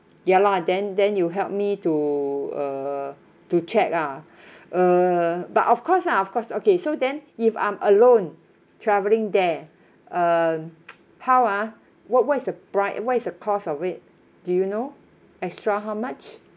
ya lah then then you help me to uh to check ah uh but of course lah of course okay so then if I'm alone travelling there um how ah what what's a pri~ what is the cost of it do you know extra how much